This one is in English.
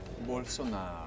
Bolsonaro